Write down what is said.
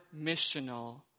missional